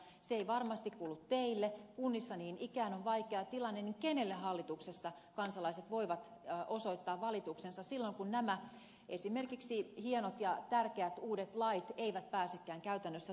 kun se ei varmasti kuulu teille kunnissa niin ikään on vaikea tilanne niin kenelle hallituksessa kansalaiset voivat osoittaa valituksensa silloin kun esimerkiksi nämä hienot ja tärkeät uudet lait eivät pääsekään käytännössä toteutumaan